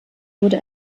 wurde